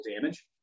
damage